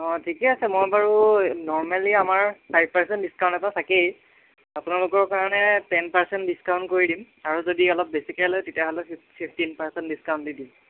অঁ ঠিকেই আছে মই বাৰু নৰ্মেলী আমাৰ ফাইভ পাৰ্চেণ্ট ডিছকাউণ্ট এটা থাকেই আপোনালোকৰ কাৰণে টেন পাৰ্চেণ্ট ডিছকাউণ্ট কৰি দিম আৰু যদি অলপ বেছিকে লয় তেতিয়াহ'লে ফিফ্টিন পাৰ্চেণ্ট ডিছকাউণ্ট দি দিম